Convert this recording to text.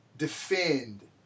Defend